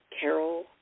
Carol